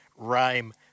rhyme